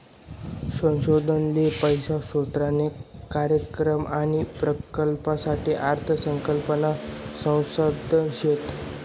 संशोधन ले पैसा स्रोतना कार्यक्रम आणि प्रकल्पसाठे अर्थ संकल्पना संसाधन शेत